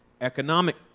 economic